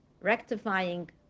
rectifying